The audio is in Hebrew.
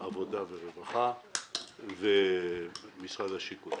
משרד העבודה והרווחה ומשרד השיכון.